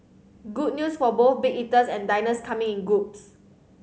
good news for both big eaters and diners coming in groups